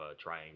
trying